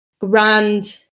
grand